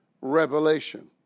revelation